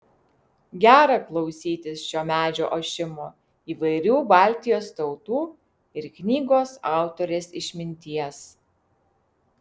gera klausytis šio medžio ošimo įvairių baltijos tautų ir knygos autorės išminties